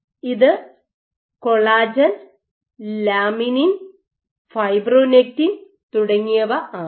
ഇത് collagen laminin fibronectin collagen laminin fibronectin തുടങ്ങിയവ ആകാം